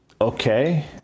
okay